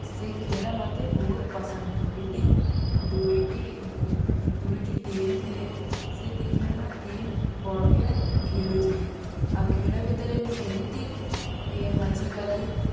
ସେ ଖେଳ ମୋତେ ବହୁତ ପସନ୍ଦ ଦୁଇଟି ଦୁଇଟି ଦୁଇଟି ଟିମ୍ ଥିଲେ ସେ ଦୁଇଜଣ ଟିମ୍ ବଢ଼ିଆ ଖେଳୁଥିଲେ ଆଉ ଖେଳ ଭିତରେ ମୁଁ ଏମିତି ହଜିଗଲି